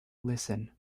listen